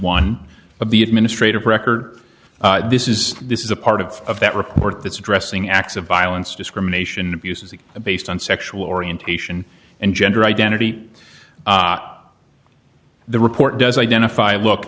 one of the administrative record this is this is a part of that report that's addressing acts of violence discrimination abuses based on sexual orientation and gender identity the report does identify look